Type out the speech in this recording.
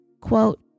quote